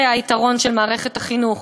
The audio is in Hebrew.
זה היתרון של מערכת החינוך.